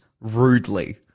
rudely